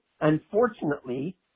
unfortunately